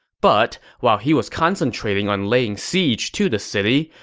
but while he was concentrating on laying siege to the city,